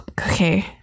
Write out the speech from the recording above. okay